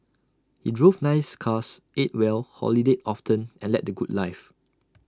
he drove nice cars ate well holidayed often and led the good life